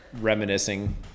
reminiscing